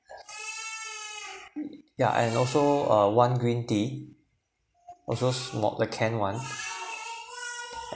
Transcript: yeah and also uh one green tea also small the can [one]